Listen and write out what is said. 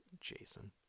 Jason